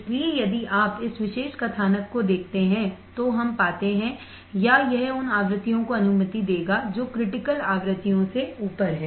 इसलिए यदि आप इस विशेष कथानक को देखते हैं जो हम पाते हैं या यह उन आवृत्तियों को अनुमति देगा जो क्रिटिकलआवृत्तियों से ऊपर हैं